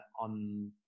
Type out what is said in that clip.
on